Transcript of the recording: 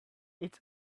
each